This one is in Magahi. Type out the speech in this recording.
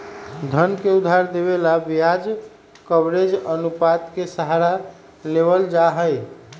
धन के उधार देवे ला ब्याज कवरेज अनुपात के सहारा लेवल जाहई